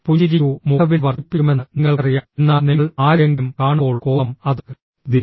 പുഞ്ചിരിക്കൂ മുഖവില വർദ്ധിപ്പിക്കുമെന്ന് നിങ്ങൾക്കറിയാം എന്നാൽ നിങ്ങൾ ആരെയെങ്കിലും കാണുമ്പോൾ കോപം അത് ദി